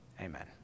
Amen